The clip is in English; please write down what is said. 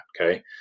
Okay